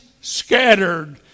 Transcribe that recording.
scattered